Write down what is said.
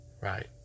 Right